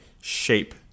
shape